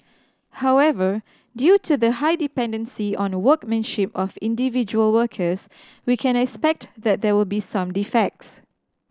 however due to the high dependency on a workmanship of individual workers we can expect that there will be some defects